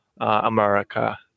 America